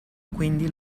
quindi